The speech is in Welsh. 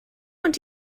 ond